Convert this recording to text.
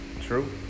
True